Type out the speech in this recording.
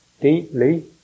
deeply